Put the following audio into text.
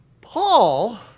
Paul